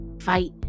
fight